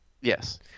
Yes